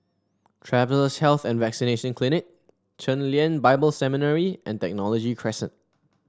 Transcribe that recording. Travellers' Health and Vaccination Clinic Chen Lien Bible Seminary and Technology Crescent